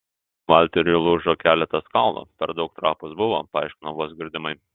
valteriui lūžo keletas kaulų per daug trapūs buvo paaiškino vos girdimai